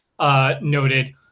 noted